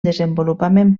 desenvolupament